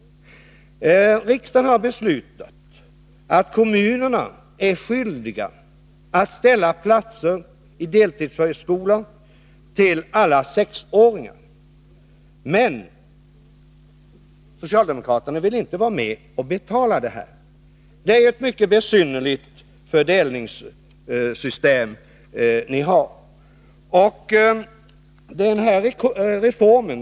Riksdagen har beslutat att kommunerna är skyldiga att ge plats i deltidsförskola till alla sexåringar. Men socialdemokraterna vill inte vara med och betala det. Det är ett mycket besynnerligt fördelningssystem ni har.